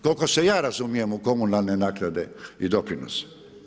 Koliko se ja razumijem u komunalne naknade i doprinose.